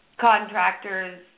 contractors